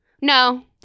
No